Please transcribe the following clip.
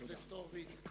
חבר הכנסת הורוביץ,